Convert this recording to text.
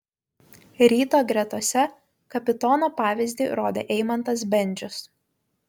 ryto gretose kapitono pavyzdį rodė eimantas bendžius